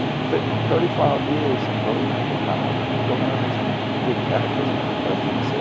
um thirty five years ago, you had the power not to go down this big cataclysm of depression. i said,